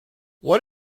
what